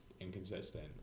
inconsistent